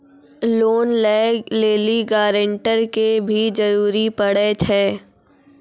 Loan लै लेली guarantor के भी जरूरी पड़ै छै?